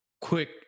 quick